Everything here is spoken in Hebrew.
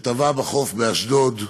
הוא טבע בחוף באשדוד,